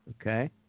Okay